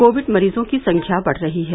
Covid मरीजों की संख्या बढ़ रही है